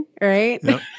right